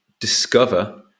discover